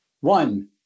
One